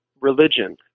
religion